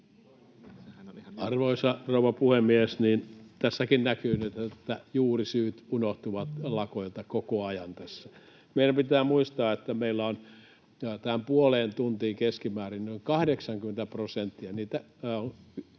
Arvoisa rouva puhemies! Tässäkin näkyy nyt, että lakkojen juurisyyt unohtuvat koko ajan tässä. Meidän pitää muistaa, että meillä on tästä puolesta tunnista keskimäärin noin 80 prosenttia niitä